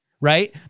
Right